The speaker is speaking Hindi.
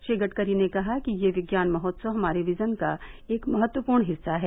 श्री गड़करी ने कहा कि यह विज्ञान महोत्सव हमारे विजन का एक महत्वपूर्ण हिस्सा है